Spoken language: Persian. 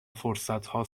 فرصتها